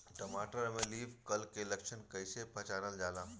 टमाटर में leaf curl के लक्षण कइसे पहचानल जाला?